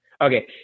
Okay